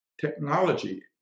technology